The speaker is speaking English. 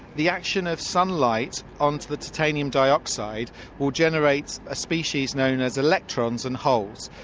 the action of sunlight on the titanium dioxide will generate a species known as electrons and holes.